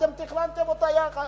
אתם תכננתם אותה יחד,